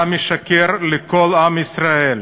אתה משקר לכל עם ישראל.